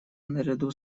наряду